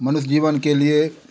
मनुष्य जीवन के लिए